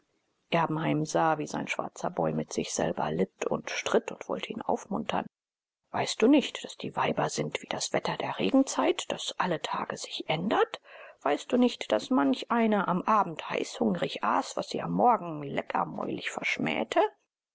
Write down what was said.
erbenheim sah wie sein schwarzer boy mit sich selber litt und stritt und wollte ihn aufmuntern weißt du nicht daß die weiber sind wie das wetter der regenzeit das alle tage sich ändert weißt du nicht daß manch eine am abend heißhungrig aß was sie am morgen leckermäulig verschmähte